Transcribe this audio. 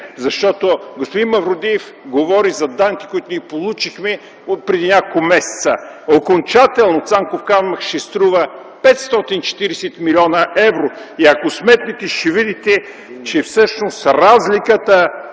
защото господин Мавродиев говори за данните, които ние получихме преди няколко месеца. Окончателно „Цанков камък” ще струва 540 млн. евро, и ако сметнете, ще видите, че всъщност разликата